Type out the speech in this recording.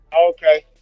okay